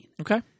Okay